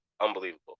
unbelievable